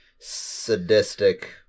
sadistic